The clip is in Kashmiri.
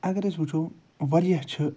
اَگر أسۍ وُچھُو واریاہ چھِ